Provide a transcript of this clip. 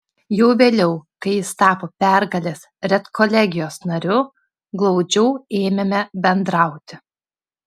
jau vėliau kai jis tapo pergalės redkolegijos nariu glaudžiau ėmėme bendrauti